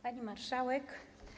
Pani Marszałek!